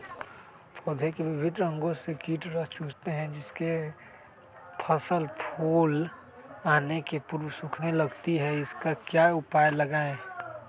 पौधे के विभिन्न अंगों से कीट रस चूसते हैं जिससे फसल फूल आने के पूर्व सूखने लगती है इसका क्या उपाय लगाएं?